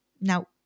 Now